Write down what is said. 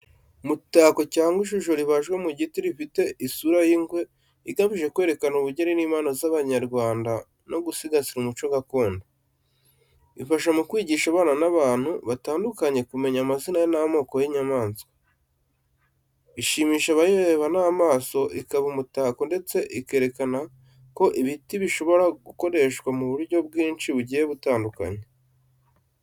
Umutako cyangwa ishusho ribajwe mu giti rifite isura y’ingwe, igamije kwerekana ubugeni n’impano z’abanyarwanda, no gusigasira umuco gakondo. Ifasha mu kwigisha abana n’abantu batandukanye kumenya amazina n'amoko y'inyamaswa. Ishimisha abayireba n'amaso, ikaba umutako, ndetse ikerekana ko ibiti bishobora gukoreshwa mu buryo bwinshi bugiye butandukanye.